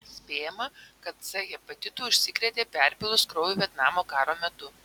spėjama kad c hepatitu užsikrėtė perpylus kraujo vietnamo karo metu